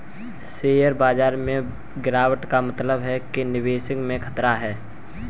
share बाजार में गिराबट का मतलब है कि निवेश में खतरा है